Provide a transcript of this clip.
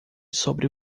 sobre